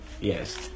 Yes